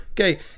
okay